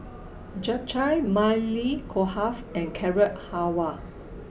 Japchae Maili Kofta and Carrot Halwa